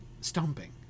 stomping